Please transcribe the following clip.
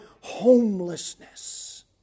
homelessness